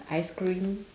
ice cream